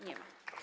Nie ma.